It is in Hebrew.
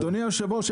אדוני היושב-ראש,